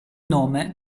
nome